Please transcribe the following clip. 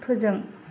फोजों